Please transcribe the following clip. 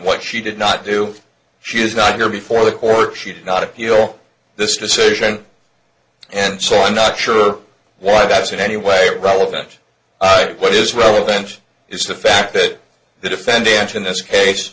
what she did not do she is not here before the court she did not appeal this decision and so i'm not sure why that's in any way relevant what is relevant is the fact that the defendant in this case